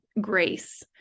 grace